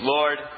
Lord